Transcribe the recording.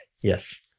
Yes